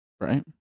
Right